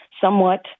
somewhat